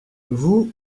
vous